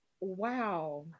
Wow